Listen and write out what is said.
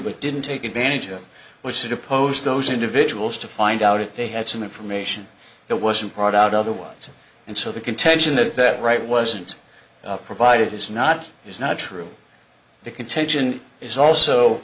it didn't take advantage of which to depose those individuals to find out if they had some information that wasn't brought out otherwise and so the contention that that right wasn't provided is not is not true the contention is also